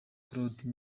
claude